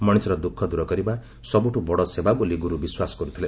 ମଣିଷର ଦୁଃଖ ଦୂର କରିବା ସବୁଠୁ ବଡ଼ ସେବା ବୋଲି ଗୁରୁ ବିଶ୍ୱାସ କରୁଥିଲେ